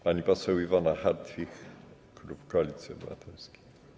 Pani poseł Iwona Hartwich, klub Koalicji Obywatelskiej.